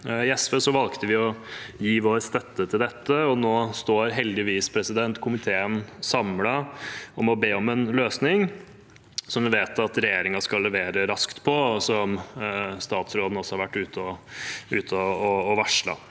I SV valgte vi å gi vår støtte til dette. Nå står heldigvis komiteen samlet om å be om en løsning vi vet at regjeringen skal levere raskt på, og som statsråden også har vært ute og varslet.